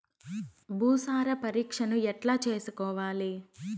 భూసార పరీక్షను ఎట్లా చేసుకోవాలి?